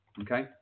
okay